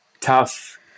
tough